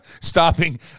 stopping